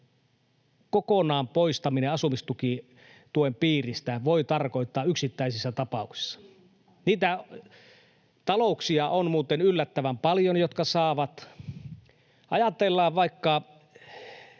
kokonaan poistaminen asumistuen tuen piiristä voi tarkoittaa yksittäisissä tapauksissa. Niitä talouksia on muuten yllättävän paljon, jotka saavat sitä. Ajatellaan vaikka